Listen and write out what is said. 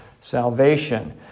salvation